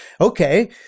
Okay